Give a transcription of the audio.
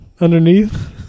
Underneath